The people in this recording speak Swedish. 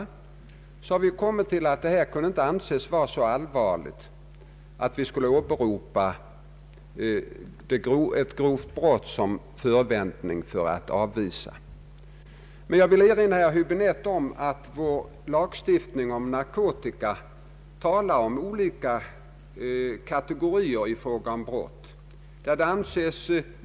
Vi har då kommit till att förseelserna inte varit så allvarliga att grovt brott kunnat åberopas såsom motiv för att avvisa. Jag vill erinra herr Huäbinette om att vår lagstiftning om narkotika talar om olika kategorier av brott.